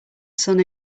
sun